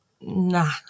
Nah